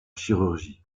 chirurgie